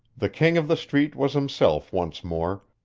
the king of the street was himself once more,